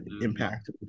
impact